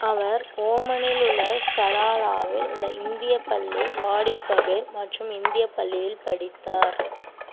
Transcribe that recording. அவர் ஓமனில் உள்ள சலாலாவில் உள்ள இந்திய பள்ளி வாடி கபீர் மற்றும் இந்திய பள்ளியில் படித்தார்